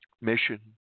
mission